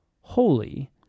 holy